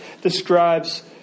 describes